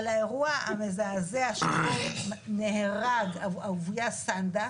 על האירוע המזעזע שבו נהרג אהוביה סנדק.